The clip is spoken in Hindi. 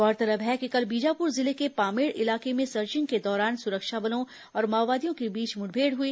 गौरतलब है कि कल बीजापुर जिले के पामेड़ इलाके में सर्चिंग के दौरान सुरक्षा बलों और माओवादियों के बीच मुठभेड़ हुई